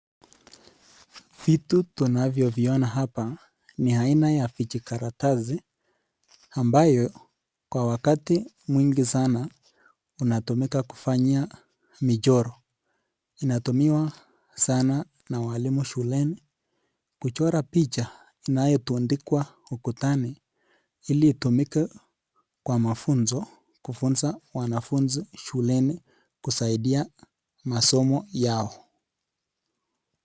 Vitu tunavyo viona hapa, ni aina ya vijikaratasi ambayo kwa wakati mwingi sana inatumika kufanya michoro, inatumiwa sana na walimu shuleni kuchora picha inayotundikwa ukutani, ili itumike kwa mafunzo kufunza wanafunzi shuleni kusaidia masomo yao.